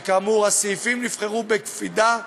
וכאמור הסעיפים נבחרו בקפידה,